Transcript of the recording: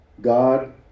God